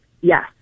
Yes